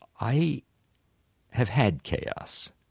i have had chaos.